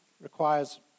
requires